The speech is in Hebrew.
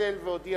צלצל והודיע